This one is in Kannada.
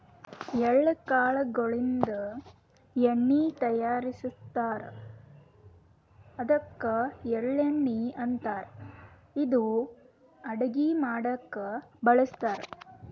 ಎಳ್ಳ ಕಾಳ್ ಗೋಳಿನ್ದ ಎಣ್ಣಿ ತಯಾರಿಸ್ತಾರ್ ಅದ್ಕ ಎಳ್ಳಣ್ಣಿ ಅಂತಾರ್ ಇದು ಅಡಗಿ ಮಾಡಕ್ಕ್ ಬಳಸ್ತಾರ್